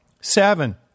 Seven